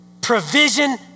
provision